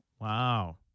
Wow